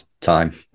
time